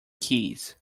keys